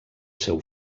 seu